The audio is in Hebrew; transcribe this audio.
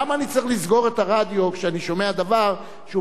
למה אני צריך לסגור את הרדיו כשאני שומע דבר שהוא